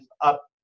up